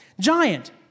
giant